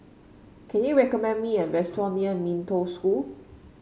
can you recommend me a restaurant near Mee Toh School